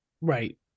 Right